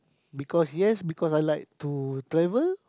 because yes because I like to travel